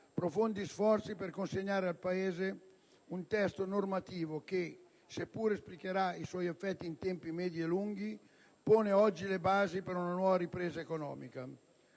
profondi sforzi per consegnare al Paese un testo normativo che, se pure esplicherà i suoi effetti in tempi medi e lunghi, pone oggi le basi per un nuova ripresa economica.